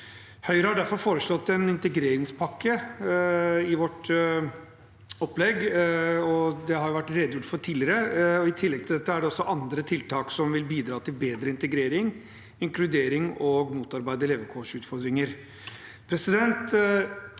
Høyre har derfor foreslått en integreringspakke i sitt opplegg, det har det vært redegjort for tidligere, og i tillegg er det også andre tiltak som vil bidra til bedre integrering, inkludering og å motarbeide levekårsutfordringer.